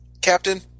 Captain